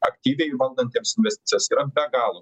aktyviai valdantiems investicijas yra be galo